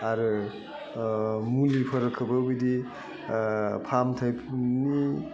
आरो मुलिफोरखोबो बिदि फाहामथाइनि